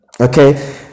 Okay